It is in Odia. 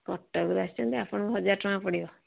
କଟକରୁ ଆସିଛନ୍ତି ଆପଣଙ୍କୁ ହଜାର ଟଙ୍କା ପଡ଼ିବ